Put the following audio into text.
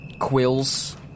quills